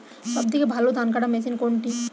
সবথেকে ভালো ধানকাটা মেশিন কোনটি?